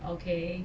okay